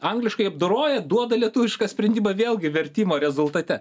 angliškai apdoroja duoda lietuvišką sprendimą vėlgi vertimo rezultate